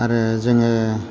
आरो जोङो